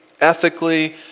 ethically